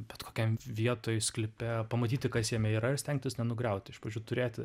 bet kokiam vietoj sklype pamatyti kas jame yra ir stengtis nenugriauti iš pradžių turėti